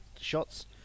shots